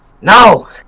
No